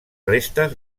restes